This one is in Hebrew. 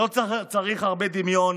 לא צריך הרבה דמיון